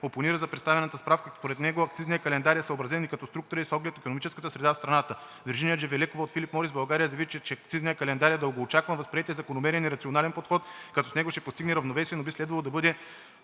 опонира за представената справка, като според него акцизният календар е съобразен и като структура, и с оглед на икономическата среда в страната. Вержиния Джевелекова от „Филип Морис България“ заяви, че акцизният календар е дългоочакван, възприет е закономерен и рационален подход, като с него ще се постигне равновесие, но би следвало да бъде